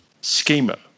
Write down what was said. schema